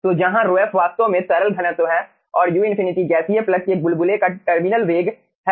तो जहां ρf वास्तव में तरल घनत्व है और u∞ गैसीय प्लग के बुलबुले का टर्मिनल वेग है